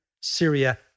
Syria